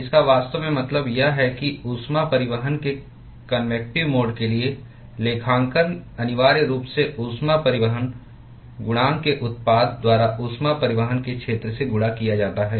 इसका वास्तव में मतलब यह है कि ऊष्मा परिवहन के कन्वेक्टिव मोड के लिए लेखांकन अनिवार्य रूप से ऊष्मा परिवहन गुणांक के उत्पाद द्वारा ऊष्मा परिवहन के क्षेत्र से गुणा किया जाता है